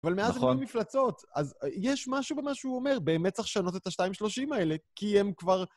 אבל מאז היו מפלצות, אז יש משהו במה שהוא אומר. באמת צריך לשנות את ה-2.30 האלה, כי הם כבר...